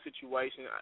situation